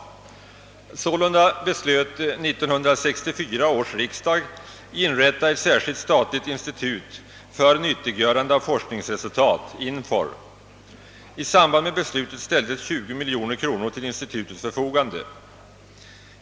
Sålunda beslöt 1964 års riksdag att inrätta ett särskilt statligt institut för nyttiggörande av forskningsresultat, INFOR. I samband med beslutet ställdes 20 miljoner kronor till institutets förfogande.